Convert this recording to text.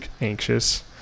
anxious